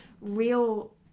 real